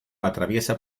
atraviesa